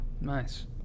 Nice